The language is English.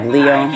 Leo